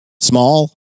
small